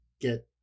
get